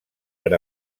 per